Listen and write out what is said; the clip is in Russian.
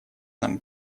нам